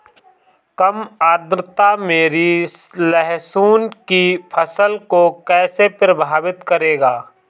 कम आर्द्रता मेरी लहसुन की फसल को कैसे प्रभावित करेगा?